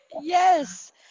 Yes